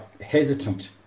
hesitant